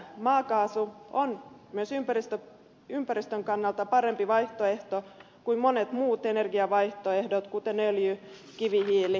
maakaasu on myös ympäristön kannalta parempi vaihtoehto kuin monet muut energiavaihtoehdot kuten öljy kivihiili tai ydinvoima